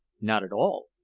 not at all.